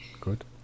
Good